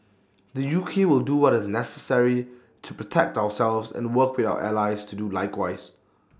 the U K will do what is necessary to protect ourselves and work with our allies to do likewise